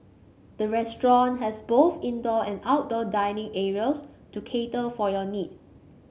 the restaurant has both indoor and outdoor dining areas to cater for your need